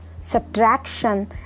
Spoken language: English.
subtraction